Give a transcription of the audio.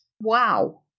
wow